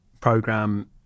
program